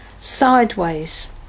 sideways